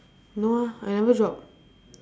no ah I never drop